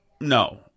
No